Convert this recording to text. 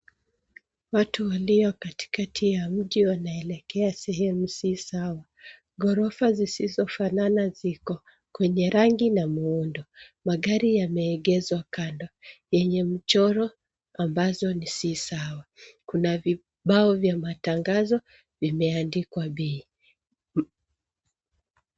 Watu walio katikati ya mji wanaelekea sehemu si sawa. Ghorofa zisizofanana ziko, kwenye rangi na miundo . Magari yameegeshwa kando, yenye michoro ambazo si sawa. Kuna vibao vya matangazo vimeandikwa bei.